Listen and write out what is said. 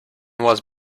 was